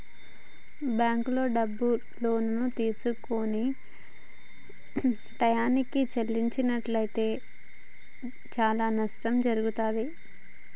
బ్యేంకుల్లో డబ్బుని లోనుగా తీసుకొని టైయ్యానికి చెల్లించనట్లయితే చానా నష్టం జరుగుతాది